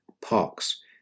Parks